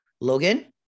Logan